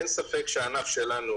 אין ספק שהענף שלנו,